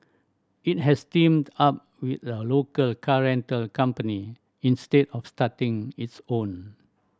it has teamed up with a local car rental company instead of starting its own